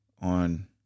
on